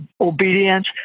obedience